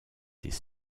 des